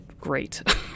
great